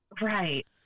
right